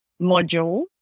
module